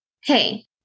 Hey